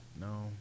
No